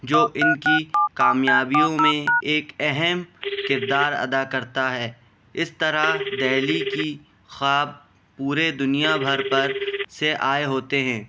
جو ان کی کامیابیوں میں ایک اہم کردار ادا کرتا ہے اس طرح دہلی کی خواب پورے دنیا بھر پر سے آئے ہوتے ہیں